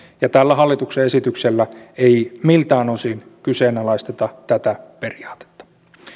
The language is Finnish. ja tällä hallituksen esityksellä ei miltään osin kyseenalaisteta tätä periaatetta